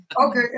Okay